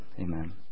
amen